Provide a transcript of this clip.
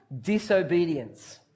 disobedience